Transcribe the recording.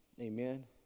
Amen